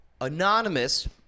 anonymous